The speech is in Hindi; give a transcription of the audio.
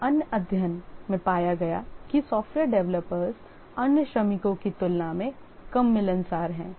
एक अन्य अध्ययन में पाया गया कि सॉफ्टवेयर डेवलपर्स अन्य श्रमिकों की तुलना में कम मिलनसार हैं